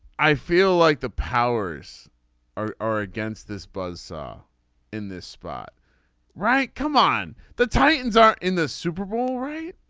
i feel like the powers are are against this buzz saw in this spot right. come on the titans are in the super bowl right.